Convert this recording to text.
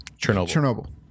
Chernobyl